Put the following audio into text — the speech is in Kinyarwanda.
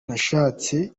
nashatse